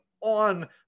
on